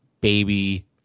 baby